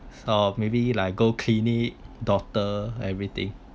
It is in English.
so maybe like go clinic doctor everything